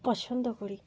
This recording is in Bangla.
পছন্দ করি